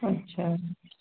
अच्छा